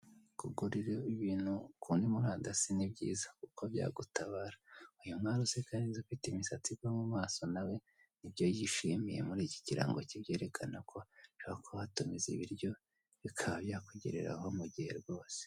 Kuguriraho ibintu kuri murandasi ni byiza kuko byagutabara. Uyu mwari useka neza ufite imisatsi igwa mu maso nawe nibyo yishimiye muri iki kirango kibyerekana ko ushobora kuba watumiza ibiryo bikaba byakugereraho mu gihe rwose.